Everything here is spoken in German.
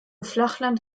flachland